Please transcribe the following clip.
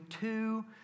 two